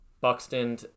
Buxton